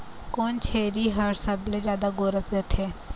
कोन छेरी हर सबले जादा गोरस देथे?